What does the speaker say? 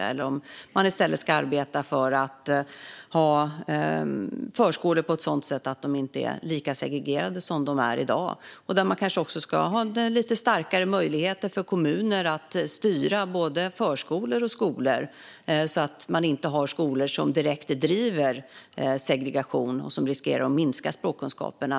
I stället kanske man ska arbeta för att ha förskolor som inte lika segregerade som i dag. Och man kanske ska ha lite starkare möjligheter för kommuner att styra både förskolor och skolor så att vi inte har skolor som direkt driver segregation och som riskerar att minska språkkunskaperna.